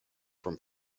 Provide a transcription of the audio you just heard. from